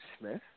Smith